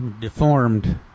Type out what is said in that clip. deformed